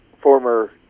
former